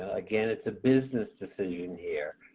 again, it's a business decision here.